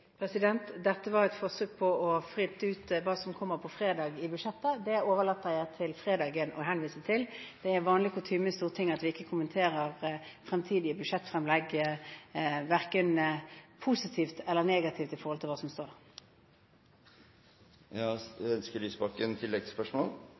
Dette var et forsøk på å fritte ut hva som kommer på fredag i budsjettet. Jeg henviser til fredagen. Det er vanlig kutyme i Stortinget at vi ikke kommenterer fremtidige budsjettfremlegg verken positivt eller negativt med tanke på hva som står